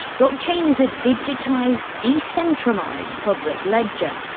blockchain is a digitised, decentralised public ledger.